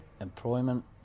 Employment